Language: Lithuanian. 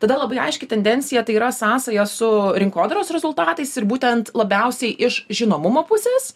tada labai aiški tendencija tai yra sąsajos su rinkodaros rezultatais ir būtent labiausiai iš žinomumo pusės